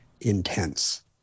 intense